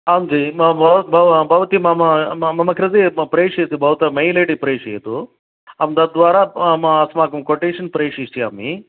आं जि म म भवती मम मम कृते प्रेषयतु भवता मेल् ऐडि प्रेषयतु अहं तद्वारा म म अस्माकं कोटेशन् प्रेषयिष्यामि